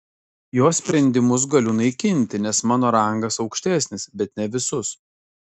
jo sprendimus galiu naikinti nes mano rangas aukštesnis bet ne visus